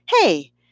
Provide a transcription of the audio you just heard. hey